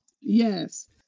yes